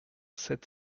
sept